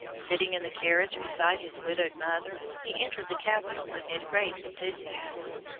sitting in the carriage beside his widowed mother, he entered the capital amid great enthusiasm.